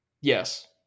Yes